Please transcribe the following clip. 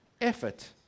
effort